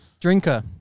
Drinker